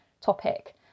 topic